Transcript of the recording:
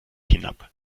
hinab